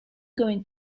going